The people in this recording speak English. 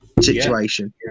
situation